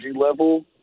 level